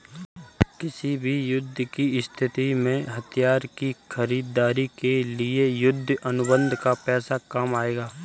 किसी भी युद्ध की स्थिति में हथियार की खरीदारी के लिए युद्ध अनुबंध का पैसा काम आएगा